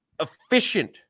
efficient